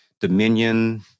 Dominion